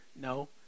No